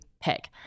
pick